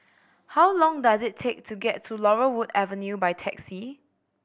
how long does it take to get to Laurel Wood Avenue by taxi